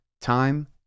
time